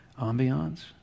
ambiance